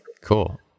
Cool